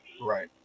Right